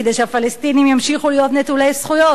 כדי שהפלסטינים ימשיכו להיות נטולי זכויות,